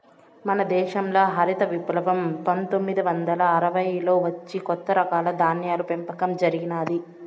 మన దేశంల హరిత విప్లవం పందొమ్మిది వందల అరవైలలో వచ్చి కొత్త రకాల ధాన్యాల పెంపకం జరిగినాది